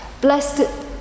Blessed